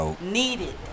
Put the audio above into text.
needed